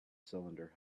cylinder